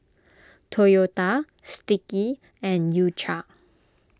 Toyota Sticky and U Cha